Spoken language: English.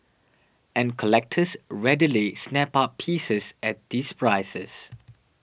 and collectors readily snap up pieces at these prices